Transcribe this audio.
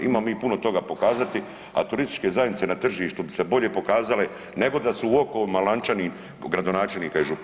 Imamo mi puno toga pokazati, a turističke zajednice na tržištu bi se bolje pokazale nego da su u okovima lančanim gradonačelnika i župana.